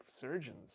surgeons